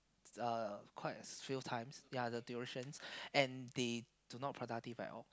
uh quite a few times ya the durations and they do not productive at all